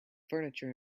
furniture